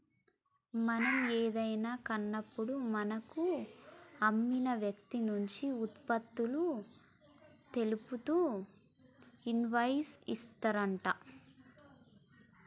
మనం ఏదైనా కాన్నప్పుడు మనకు అమ్మిన వ్యక్తి నుంచి ఉత్పత్తులు తెలుపుతూ ఇన్వాయిస్ ఇత్తారంట